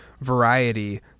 variety